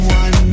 one